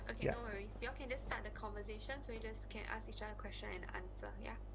okay no worries you all can just start the conversation so you just can ask each other questions and answer ya